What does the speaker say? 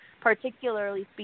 particularly